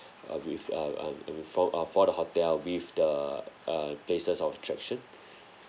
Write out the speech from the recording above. uh with uh um for uh for the hotel with the uh places of attraction